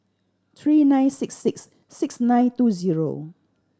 three nine six six six nine two zero